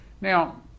Now